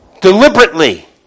deliberately